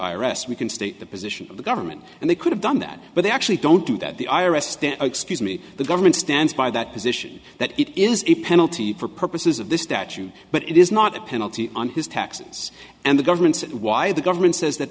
s we can state the position of the government and they could have done that but they actually don't do that the i r s then excuse me the government stands by that position that it is a penalty for purposes of this statute but it is not a penalty on his taxes and the government why the government says that